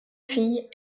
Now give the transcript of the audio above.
fille